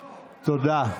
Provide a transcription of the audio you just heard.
תודה.